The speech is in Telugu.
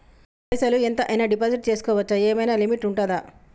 పైసల్ ఎంత అయినా డిపాజిట్ చేస్కోవచ్చా? ఏమైనా లిమిట్ ఉంటదా?